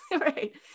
right